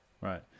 Right